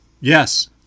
Yes